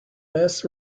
last